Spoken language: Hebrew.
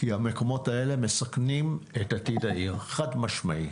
כי המקומות האלה מסכנים את עתיד העיר, חד משמעית.